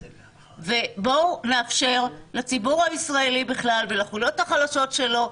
ובואו נאפשר לציבור הישראלי בכלל ולחוליות החלשות שלו,